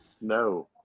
No